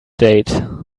date